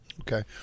okay